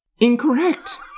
incorrect